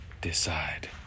decide